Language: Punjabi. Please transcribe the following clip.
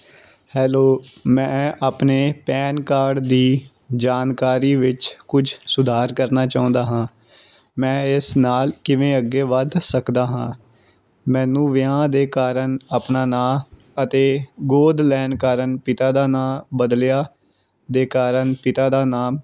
ਹੈਲੋ ਮੈਂ ਆਪਣੇ ਪੈਨ ਕਾਰਡ ਦੀ ਜਾਣਕਾਰੀ ਵਿੱਚ ਕੁਝ ਸੁਧਾਰ ਕਰਨਾ ਚਾਹੁੰਦਾ ਹਾਂ ਮੈਂ ਇਸ ਨਾਲ ਕਿਵੇਂ ਅੱਗੇ ਵੱਧ ਸਕਦਾ ਹਾਂ ਮੈਨੂੰ ਵਿਆਹ ਦੇ ਕਾਰਨ ਆਪਣਾ ਨਾਂ ਅਤੇ ਗੋਦ ਲੈਣ ਕਾਰਨ ਪਿਤਾ ਦਾ ਨਾਂ ਬਦਲਿਆ ਦੇ ਕਾਰਨ ਪਿਤਾ ਦਾ ਨਾਮ